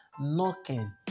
knocking